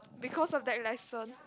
because of that lesson